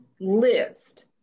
list